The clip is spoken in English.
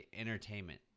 entertainment